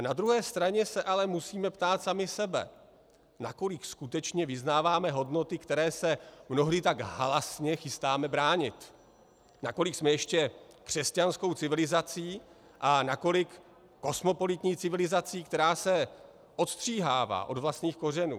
Na druhé straně se ale musíme ptát sami sebe, nakolik skutečně vyznáváme hodnoty, které se mnohdy tak halasně chystáme bránit, nakolik jsme ještě křesťanskou civilizací a nakolik kosmopolitní civilizací, která se odstříhává od vlastních kořenů.